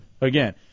again